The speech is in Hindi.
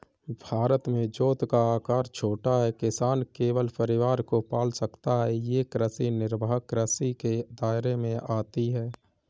भारत में जोत का आकर छोटा है, किसान केवल परिवार को पाल सकता है ये कृषि निर्वाह कृषि के दायरे में आती है